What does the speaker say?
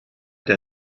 der